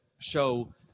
show